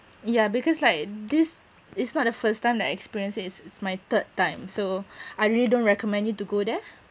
yeah because like this is not the first time I experienced it it's it's my third time so I really don't recommend you to go there